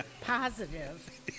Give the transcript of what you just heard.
positive